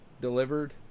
delivered